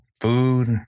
food